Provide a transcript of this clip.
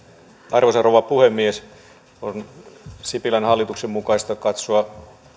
arvoisa rouva puhemies on sipilän hallituksen mukaista katsoa